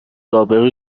ابرو